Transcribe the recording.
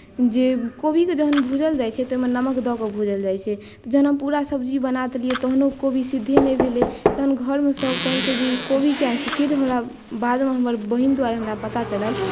जे कोबीकेँ जखन भूजल जाइत छै तऽ ओहिमे नमक दऽ कऽ भूजल जाइत छै जखन हम पूरा सब्जी बना देलियै तखनो कोबी सिद्धे नहि भेलै तहन घरमे सभ कहलकै जे ई कोबी किया नहि सिझलै फेर हमरा बादमे हमर बहिन द्वारा हमरा पता चलल